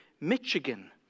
Michigan